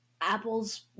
Apple's